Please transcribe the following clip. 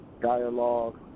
dialogue